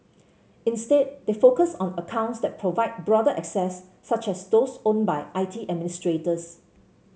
instead they focus on accounts that provide broader access such as those owned by I T administrators